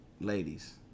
ladies